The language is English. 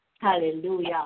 hallelujah